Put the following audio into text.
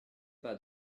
pas